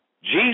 Jesus